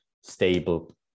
stable